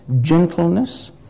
gentleness